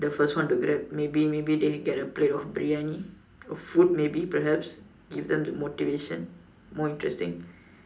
the first one to Grab maybe maybe they can get a plate of Briyani or food maybe perhaps give them the motivation more interesting